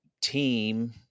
team